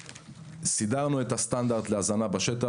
סידרנו את הסטנדרט להזנה בשטח,